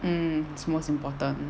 mm it's most important